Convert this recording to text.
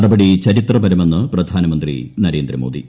നടപടി ചരിത്രപരമെന്ന് പ്രധാനമന്ത്രി നരേന്ദ്രമോദി